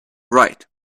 right